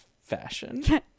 fashion